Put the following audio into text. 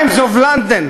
Times of London,